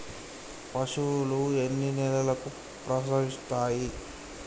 పశువులు ఎన్ని నెలలకు ప్రసవిస్తాయి?